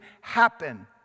happen